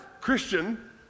Christian